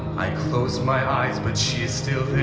i close my eyes, but she is still there.